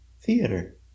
theater